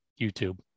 YouTube